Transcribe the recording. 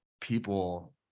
people